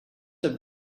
have